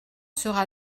sera